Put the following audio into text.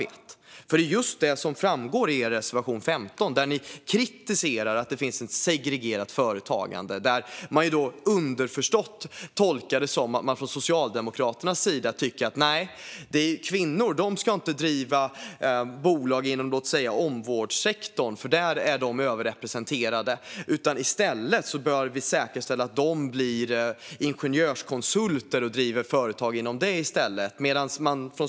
Det är just det som framgår i er reservation nummer 15. Där kritiserar ni att det finns ett segregerat företagande. Jag tolkar det underförstått som att man från Socialdemokraternas sida tycker att kvinnor inte ska driva bolag inom låt säga omvårdnadssektorn, eftersom de är överrepresenterade där. I stället bör vi säkerställa att de blir ingenjörskonsulter och driver företag inom det området.